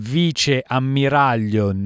vice-ammiraglio